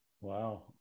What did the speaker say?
wow